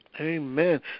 Amen